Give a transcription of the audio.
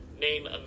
name